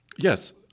Yes